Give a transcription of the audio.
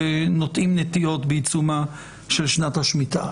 שנוטעים נטיעות בעיצומה של שנת השמיטה.